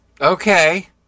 Okay